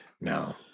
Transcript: no